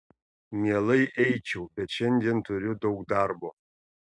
mielai eičiau bet šiandien turiu daug darbo